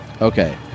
Okay